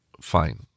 fine